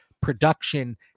production